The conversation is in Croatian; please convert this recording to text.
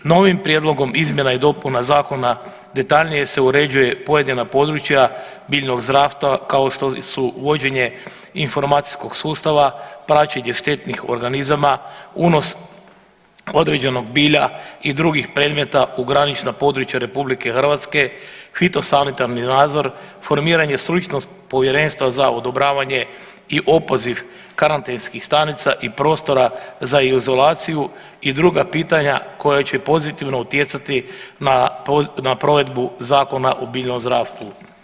Novim prijedlogom izmjena i dopuna zakona detaljnije se uređuje pojedina područja biljnog zdravstva kao što su uvođenje informacijskog sustava, praćenje štetnih organizama, unos određenog bilja i drugih predmeta u granična područja RH, fitosanitarni nadzor, formiranje stručnog povjerenstva za odobravanje i opoziv karantenskih stanica i prostora za izolaciju i druga pitanja koja će pozitivno utjecati na provedbu Zakona o biljnom zdravstvu.